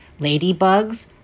ladybugs